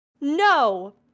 no